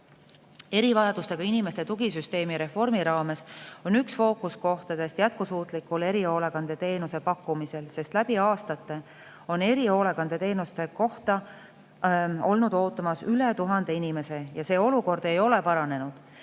Erivajadustega inimeste tugisüsteemi reformi raames on üks fookuskohtadest jätkusuutlikul erihoolekandeteenuse pakkumisel, sest läbi aastate on erihoolekandeteenuste kohta olnud ootamas üle 1000 inimese, ja see olukord ei ole paranenud.